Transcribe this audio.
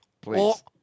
please